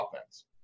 offense